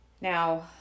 Now